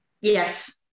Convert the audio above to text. Yes